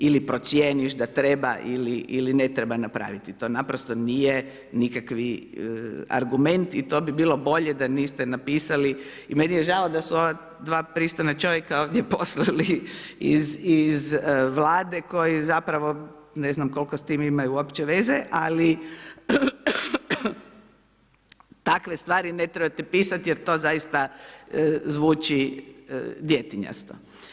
Ili procijeniš da treba ili ne treba napraviti, to naprosto nije nikakvi argument i to bi bilo bolje da niste napisali i meni je žao da su ova dva pristojna čovjeka ovdje poslali iz Vlade koji zapravo, ne znam koliko s tim imaju uopće veze, ali takve stvari ne trebate pisat jer to zaista zvuči djetinjasto.